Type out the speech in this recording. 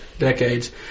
decades